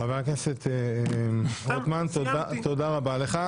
חבר הכנסת רוטמן, תודה רבה לך.